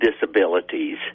disabilities